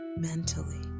mentally